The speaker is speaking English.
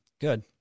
good